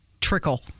trickle